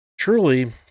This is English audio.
Truly